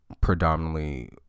predominantly